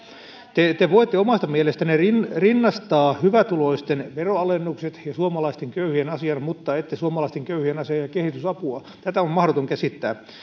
te te voitte omasta mielestänne rinnastaa rinnastaa hyvätuloisten veronalennukset ja suomalaisten köyhien asian mutta ette suomalaisten köyhien asiaa ja kehitysapua tätä on mahdoton käsittää